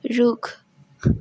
रुख